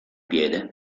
piede